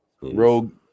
Rogue